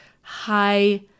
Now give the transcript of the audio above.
high